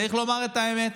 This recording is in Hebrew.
צריך לומר את האמת.